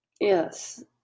Yes